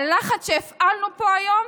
הלחץ שהפעלנו פה היום,